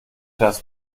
das